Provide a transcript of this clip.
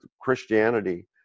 Christianity